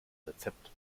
rezept